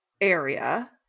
area